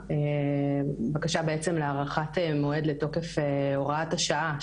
בקשה בעצם להארכת מועד לתוקף הוראת השעה,